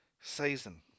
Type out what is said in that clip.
season